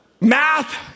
math